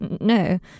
No